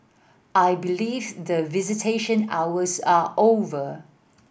I believe the visitation hours are over